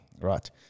right